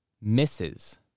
misses